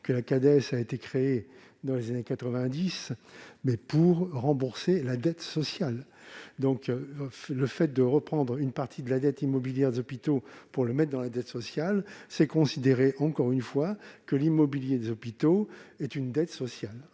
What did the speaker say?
que la Cades a été créée dans les années 1990 pour rembourser la dette sociale. Reprendre une partie de la dette immobilière des hôpitaux pour la transférer dans la dette sociale, c'est considérer, encore une fois, que l'immobilier des hôpitaux est une dette sociale.